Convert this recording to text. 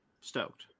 stoked